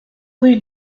rue